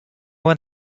one